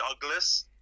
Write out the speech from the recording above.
Douglas